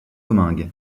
domingue